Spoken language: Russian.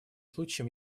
случаем